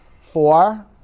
Four